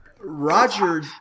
Roger